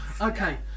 okay